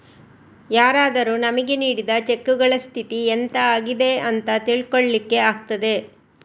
ಯಾರಾದರೂ ನಮಿಗೆ ನೀಡಿದ ಚೆಕ್ಕುಗಳ ಸ್ಥಿತಿ ಎಂತ ಆಗಿದೆ ಅಂತ ತಿಳ್ಕೊಳ್ಳಿಕ್ಕೆ ಆಗ್ತದೆ